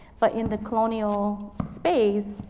but in the colonial space,